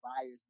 buyers